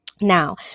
now